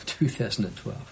2012